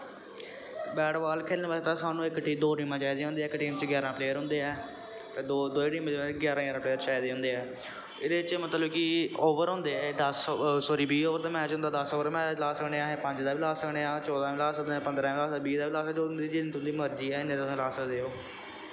बाल खेलने बास्तै सानू इक दो टीमां चाहिदियां होंदियां न इक टीम च ग्यारह् प्लेयर होंदे ऐंं ते दोए टीमें च ग्यारह् ग्यारह् प्लेयर चाहिदे होंदे ऐ एह्दे च मतलब कि ओवर होंदे ऐ दस सौरी बीह् ओवर दा मैच होंदा दस ओवर दा मैच ला सकने आं अस पंज दा बी ला सकने आं चौदां दा बी ला सकने आं पंदरां दा बी ला सकने आं बीह् दा बी ला सकने आं जिन्नी तुं'दी मर्जी ऐ इ'न्ना तुस ला सकदे ओ